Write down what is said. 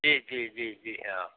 जी जी जी हाँ